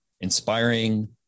inspiring